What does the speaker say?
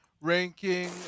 ranking